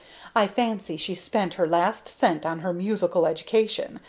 i fancy she spent her last cent on her musical education,